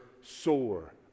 sore